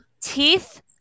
teeth